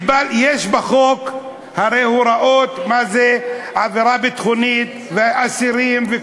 הרי יש בחוק הוראות מה זה עבירה ביטחונית ואסירים,